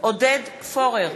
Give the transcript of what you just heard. עודד פורר,